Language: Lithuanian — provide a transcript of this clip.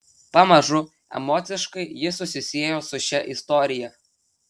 pamažu emociškai ji susisiejo su šia istorija